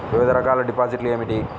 వివిధ రకాల డిపాజిట్లు ఏమిటీ?